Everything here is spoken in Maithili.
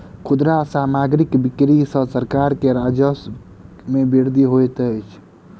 खुदरा सामग्रीक बिक्री सॅ सरकार के राजस्व मे वृद्धि होइत अछि